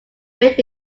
great